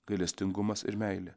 gailestingumas ir meilė